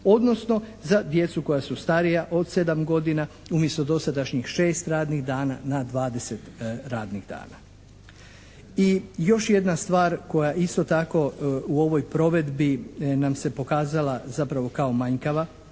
odnosno za djecu koja su starija od 7 godina umjesto dosadašnjih 6 radnih dana na 20 radnih dana. I još jedna stvar koja isto tako u ovoj provedbi nam se pokazala zapravo kao manjkava